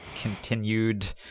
continued